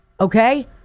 Okay